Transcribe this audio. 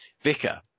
Vicar